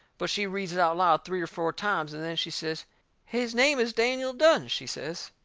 but she reads it out loud three or four times, and then she says his name is daniel dunne, she says.